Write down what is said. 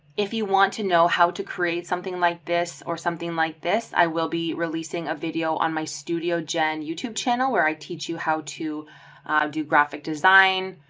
if you want to know how to create something like this or something like this, i will be releasing a video on my studio gen youtube channel where i teach you how to do graphic design,